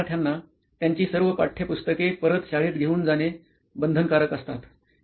व विद्यर्थ्यांना त्यांची सर्व पाठ्यपुस्तके परत शाळेत घेऊन जाणे बंधनकारक असतात